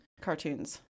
Cartoons